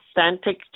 authentic